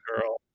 girl